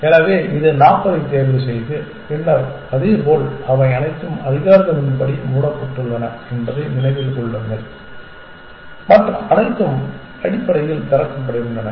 எனவே இது 40 ஐத் தேர்வுசெய்து பின்னர் அதேபோல் அவை அனைத்தும் அல்காரிதமின்படி மூடப்பட்டுள்ளன என்பதை நினைவில் கொள்ளுங்கள் மற்ற அனைத்தும் அடிப்படையில் திறக்கப்படுகின்றன